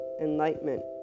enlightenment